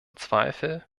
zweifel